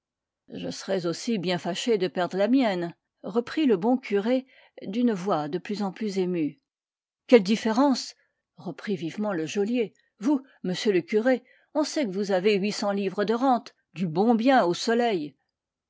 je serais aussi bien fâché de perdre la mienne reprit le bon curé d'une voix de plus en plus émue quelle différence reprit vivement le geôlier vous m le curé on sait que vous avez huit cents livres de rente du bon bien au soleil